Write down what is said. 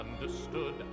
understood